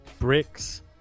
bricks